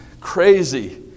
crazy